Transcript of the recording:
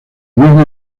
misma